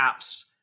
apps